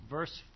verse